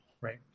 Right